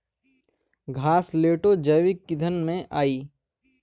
घासलेटो जैविक ईंधन में आई